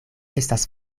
estas